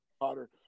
Potter